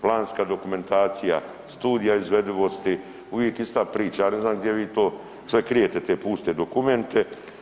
Planska dokumentacija, studija izvedivosti, uvijek ista priča, ja ne znam gdje vi to sve krijete te puste dokumente.